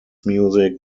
music